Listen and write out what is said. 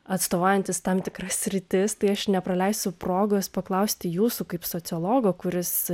atstovaujantys tam tikras sritis tai aš nepraleisiu progos paklausti jūsų kaip sociologo kuris